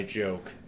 joke